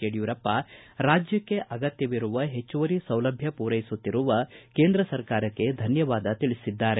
ಯಡಿಯೂರಪ್ಪ ರಾಜ್ಯಕ್ಷೆ ಅಗತ್ಯವಿರುವ ಹೆಚ್ಚುವರಿ ಸೌಲಭ್ಯ ಪೂರೈಸುತ್ತಿರುವ ಕೇಂದ್ರ ಸರ್ಕಾರಕ್ಕೆ ಧನ್ಯವಾದ ತಿಳಿಸಿದ್ದಾರೆ